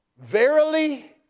Verily